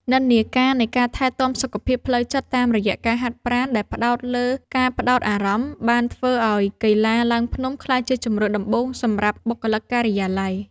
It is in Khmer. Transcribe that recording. និន្នាការនៃការថែទាំសុខភាពផ្លូវចិត្តតាមរយៈការហាត់ប្រាណដែលផ្ដោតលើការផ្ដោតអារម្មណ៍ បានធ្វើឱ្យកីឡាឡើងភ្នំក្លាយជាជម្រើសដំបូងសម្រាប់បុគ្គលិកការិយាល័យ។